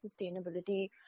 sustainability